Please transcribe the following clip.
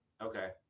Okay